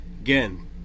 again